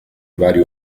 vari